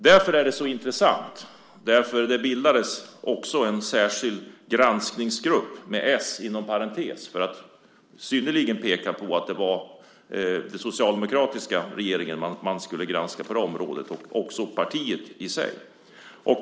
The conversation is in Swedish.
Därför är det så intressant, därför att det bildades en särskild granskningsgrupp med s inom parentes för att synnerligen peka på att det var den socialdemokratiska regeringen man skulle granska på det här området och också partiet i sig.